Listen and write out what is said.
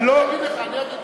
אני לא, אגיד לך.